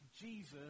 Jesus